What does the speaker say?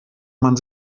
man